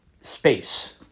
space